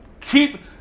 Keep